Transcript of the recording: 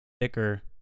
thicker